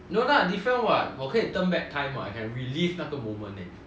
no lah different [what] 我可以 turn back time [what] I can relieve 那个 moment leh